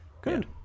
good